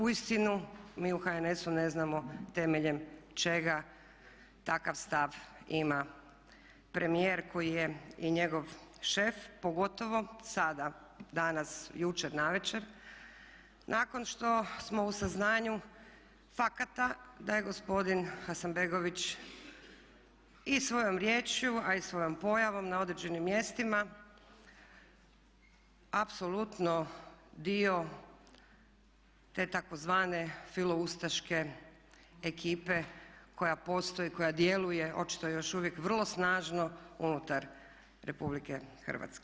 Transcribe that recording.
Uistinu mi u HNS-u ne znamo temeljem čega takav stav ima premijer koji je i njegov šef pogotovo sada, danas, jučer navečer nakon što smo u saznanju fakata da je gospodin Hasanbegović i svojom riječju a i svojom pojavom na određenim mjestima apsolutno dio te tzv. filoustaške ekipe koja postoji, koja djeluje očito još uvijek vrlo snažno unutar RH.